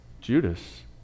Judas